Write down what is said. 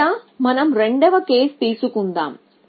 మొదట మనము రెండవ కేసు తీసుకుందాము